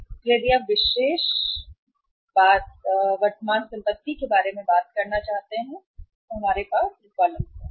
इसलिए यदि आप विशेष के बारे में बात करते हैं तो पहले हमारे पास वर्तमान संपत्ति है